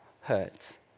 hurts